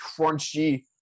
crunchy